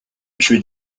tuer